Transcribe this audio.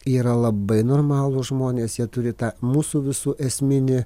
yra labai normalūs žmonės jie turi tą mūsų visų esminį